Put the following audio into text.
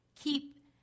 keep